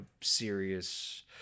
serious